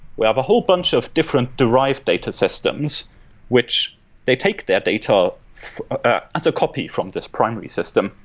we have a whole bunch of different derived data systems which they take their data as a copy from this primary system,